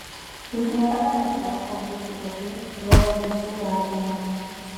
juk niekada netroško būti vadu juolab visų garbinamu